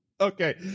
okay